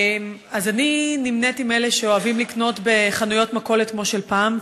אני נמניתי עם אלה שאוהבים לקנות בחנויות מכולת כמו של פעם,